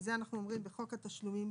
זה אנחנו אומרים בחוק התשלומים